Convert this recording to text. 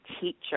teacher